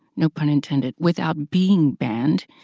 no pun intended, without being banned.